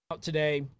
today